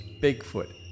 Bigfoot